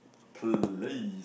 please